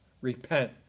Repent